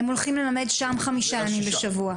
הם הולכים ללמד שם חמישה ימים בשבוע.